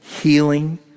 healing